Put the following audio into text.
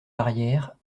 arrière